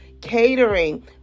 catering